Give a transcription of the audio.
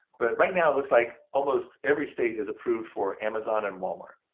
but right now, it looks like almost every state is approved for amazon and walmart.